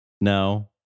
No